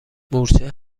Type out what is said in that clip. مورچه